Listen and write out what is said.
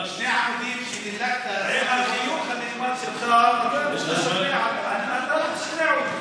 עם החיוך הנחמד שלך אתה לא תשכנע אותי.